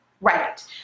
Right